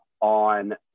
On